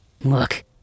Look